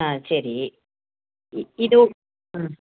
ஆ சரி இதோ ம்